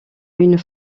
une